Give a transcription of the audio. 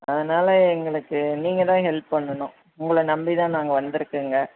அதனால் எங்களுக்கு நீங்கள் தான் ஹெல்ப் பண்ணனும் உங்களை நம்பி தான் நாங்கள் வந்துருக்கங்க